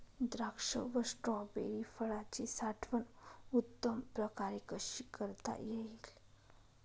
द्राक्ष व स्ट्रॉबेरी फळाची साठवण उत्तम प्रकारे कशी करता येईल?